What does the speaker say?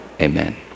Amen